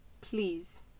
Please